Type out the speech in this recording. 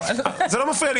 זה לא מפריע לי.